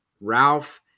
Ralph